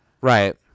Right